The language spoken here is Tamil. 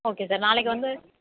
ஓகே சார் நாளைக்கு வந்து